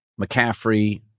McCaffrey